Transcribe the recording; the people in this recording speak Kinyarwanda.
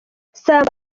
samba